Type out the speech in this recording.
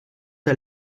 der